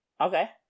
Okay